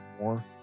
more